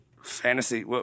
fantasy